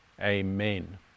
Amen